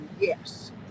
yes